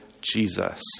Jesus